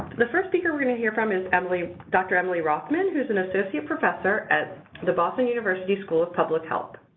the first speaker we're going to hear from is emily dr. emily rothman, who's an associate professor at the boston university school of public health.